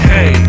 Hey